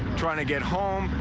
trying to get home,